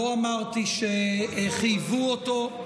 לא אמרתי שחייבו אותו.